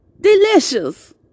Delicious